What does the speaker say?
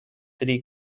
city